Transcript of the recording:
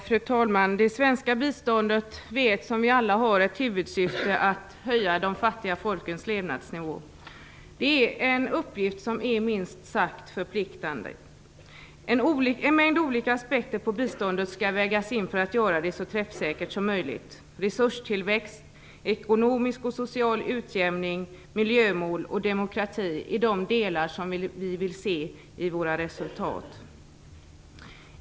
Fru talman! Det svenska biståndet har som vi alla vet till huvudsyfte att höja de fattiga folkens levnadsnivå. Det är en uppgift som är minst sagt förpliktande. En mängd olika aspekter på biståndet skall vägas in för att göra det så träffsäkert som möjligt. Resurstillväxt, ekonomisk och social utjämning, miljömål och demokrati är de delar som vi vill se i våra resultat.